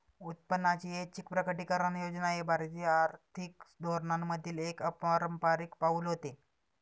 उत्पन्नाची ऐच्छिक प्रकटीकरण योजना हे भारतीय आर्थिक धोरणांमधील एक अपारंपारिक पाऊल होते